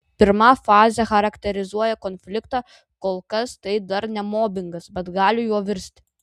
pirma fazė charakterizuoja konfliktą kol kas tai dar ne mobingas bet gali juo virsti